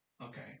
okay